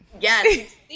Yes